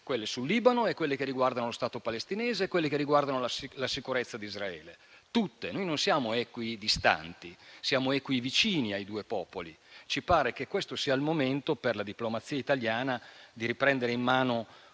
quelle sul Libano, sia quelle che riguardano uno Stato palestinese, sia quelle che riguardano la sicurezza di Israele. Noi non siamo equidistanti, siamo equivicini ai due popoli. Ci pare che questo sia il momento per la diplomazia italiana di riprendere in mano